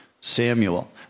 Samuel